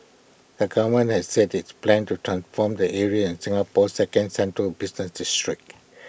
the government has said its plans to transform the area in Singapore second central business district